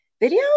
video